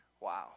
Wow